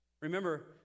remember